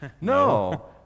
No